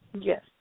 Yes